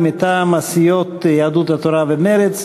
והיא מטעם הסיעות יהדות התורה ומרצ: